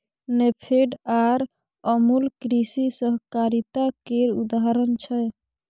नेफेड आर अमुल कृषि सहकारिता केर उदाहरण छै